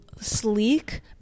sleek